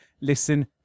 Listen